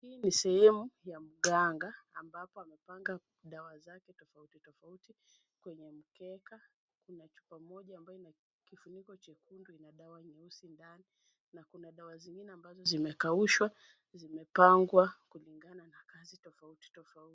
Hii ni sehemu ya mganga, ambapo amepanga dawa zake tofauti tofauti kwenye mkeka. Kuna chupa moja ambayo ina kifuniko chekundu, ina dawa nyeusi ndani na kuna dawa zingine ambazo zimekaushwa, zimepangwa kulingana na kazi tofauti tofauti.